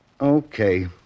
Okay